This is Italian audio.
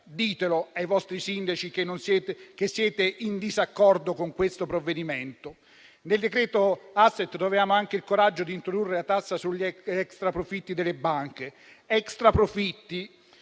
Ditelo ai vostri sindaci che siete in disaccordo con questo provvedimento. Nel decreto *asset* troviamo anche il coraggio di introdurre la tassa sugli extraprofitti delle banche,